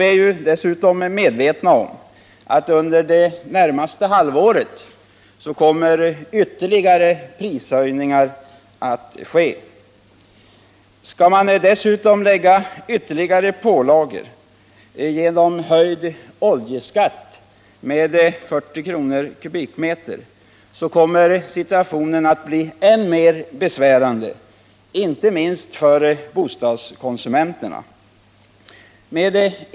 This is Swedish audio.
Vi är dessutom medvetna om att ytterligare prishöjningar kommer att ske under det närmaste halvåret. Skall man dessutom lägga på ytterligare en pålaga genom att höja oljeskatten med 40 kr. per m? kommer situationen att bli än mer besvärande, inte minst för bostadskonsumenterna.